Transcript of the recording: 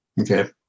Okay